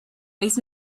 makes